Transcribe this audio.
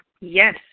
Yes